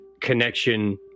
connection